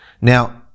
Now